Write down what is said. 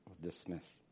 dismiss